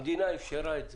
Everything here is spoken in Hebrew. המדינה אפשרה את זה.